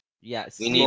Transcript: Yes